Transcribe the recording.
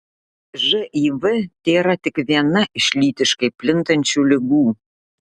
živ tėra tik viena iš lytiškai plintančių ligų